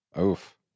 Oof